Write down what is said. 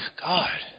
God